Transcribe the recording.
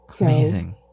Amazing